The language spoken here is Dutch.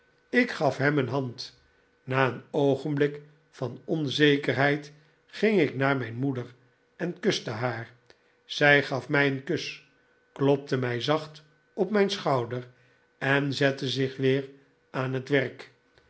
ik gaf hem een hand na een oogenblik van onzekerheid ging ik naar mijn moeder en kuste haar zij gaf mij een kus klopte mij zacht op mijn schouder en zette zich weer aan haar werk